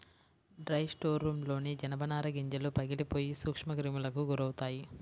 dry స్టోర్రూమ్లోని జనపనార గింజలు పగిలిపోయి సూక్ష్మక్రిములకు గురవుతాయి